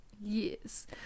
Yes